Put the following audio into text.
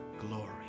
glory